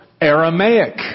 Aramaic